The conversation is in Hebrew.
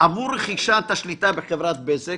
עבור רכישת השליטה בחברת בזק